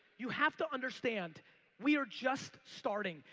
you have to understand we are just starting.